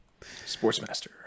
Sportsmaster